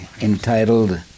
entitled